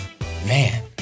Man